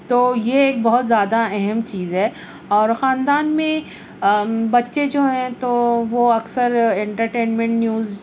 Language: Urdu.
تو یہ ایک بہت زیادہ اہم چیز ہے اور خاندان میں بچے جو ہیں تو وہ اکثر انٹرٹینمنٹ نیوز